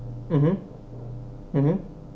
mmhmm